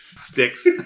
sticks